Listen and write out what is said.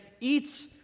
eats